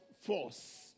force